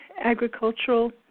agricultural